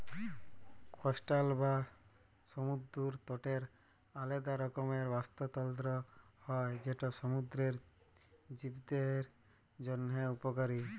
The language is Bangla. কস্টাল বা সমুদ্দর তটের আলেদা রকমের বাস্তুতলত্র হ্যয় যেট সমুদ্দুরের জীবদের জ্যনহে উপকারী